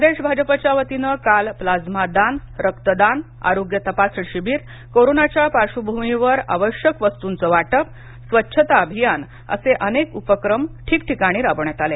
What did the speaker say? प्रदेश भाजपाच्या वतीनं काल प्लाझ्मा दान रक्त दान आरोग्य तपासणी शिबीर कोरोनाच्या पार्बभूमीवर आवश्यक वस्तूचं वाटप स्वच्छता अभियान असे अनेक उपक्रम ठीकठिकाणी राबवण्यात आले